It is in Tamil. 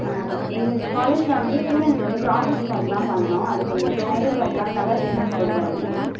எங்கள் காலேஜில் வந்துட்டு ஸ்டுடெண்ட்ஸ் வந்து ப்ராஜெக்ட் ஒர்க்லாம் பண்ணனும் அதுக்கு கொஞ்சம் ஸ்பைரல் ஒர்க்லாம் கலர் பிரிண்ட் போட்டு தரமுடியுமா